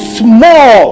small